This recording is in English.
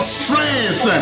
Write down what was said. strength